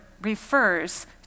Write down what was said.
refers